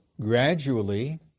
gradually